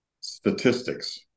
statistics